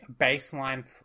baseline